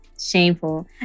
Shameful